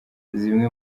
zimwe